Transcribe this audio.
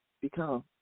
become